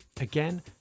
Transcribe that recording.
Again